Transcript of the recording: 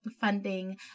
funding